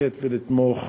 לצאת ולתמוך